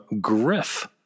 Griff